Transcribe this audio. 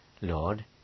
Lord